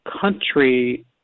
country